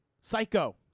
Psycho